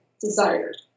desired